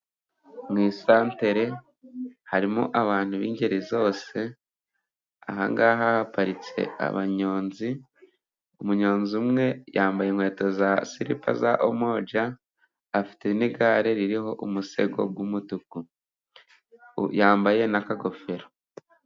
Mu isantere harimo abantu b'ingeri zose ahangaha haparitse abanyonzi; umunyonzi umwe yambaye inkweto za siripera za umoja, afite n'igare ririho umusego w'umutuku, yambaye n'akagofero.